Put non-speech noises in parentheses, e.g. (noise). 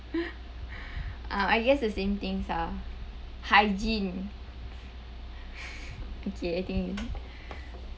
(laughs) I guess the same things ah hygiene (noise) okay I think